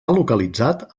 localitzat